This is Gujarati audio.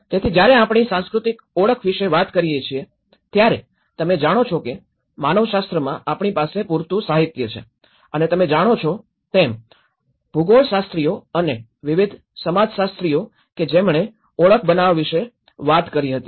તેથી જ્યારે આપણે સાંસ્કૃતિક ઓળખ વિશે વાત કરીએ છીએ ત્યારે તમે જાણો છો કે માનવશાસ્ત્રમાં આપણી પાસે પૂરતું સાહિત્ય છે અને તમે જાણો છો તેમ ભૂગોળશાસ્ત્રીઓ અને વિવિધ સમાજશાસ્ત્રીઓ કે જેમણે ઓળખ બનાવવા વિશે વાત કરી હતી